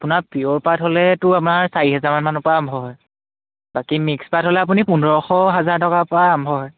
আপোনাৰ পিয়ৰ পাত হ'লেতো আমাৰ চাৰি হাজাৰমানৰ পৰা আৰম্ভ হয় বাকী মিক্স পাত হ'লে আপুনি পোন্ধৰশ হাজাৰ টকাৰ পৰা আৰম্ভ হয়